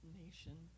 nation